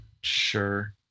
sure